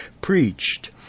preached